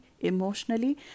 emotionally